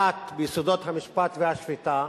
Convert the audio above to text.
ביסודות המשפט והשפיטה,